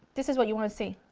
this is what you want to see.